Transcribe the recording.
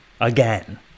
again